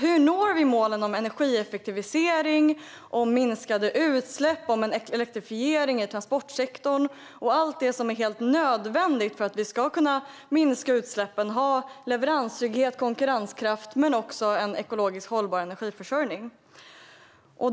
Hur når vi målen om energieffektivisering, minskade utsläpp, elektrifiering i transportsektorn och allt det som är helt nödvändigt för att vi ska kunna minska utsläppen och ha leveranstrygghet, konkurrenskraft och också en ekologiskt hållbar energiförsörjning?